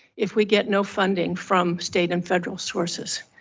if we get no funding from state and federal sources,